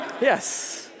Yes